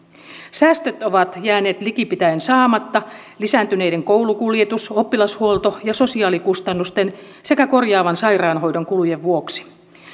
säästöt ovat jääneet likipitäen saamatta lisääntyneiden koulukuljetus oppilashuolto ja sosiaalikustannusten sekä korjaavan sairaanhoidon kulujen vuoksi